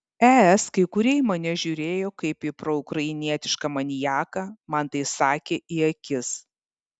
es kai kurie į mane žiūrėjo kaip ir proukrainietišką maniaką man tai sakė į akis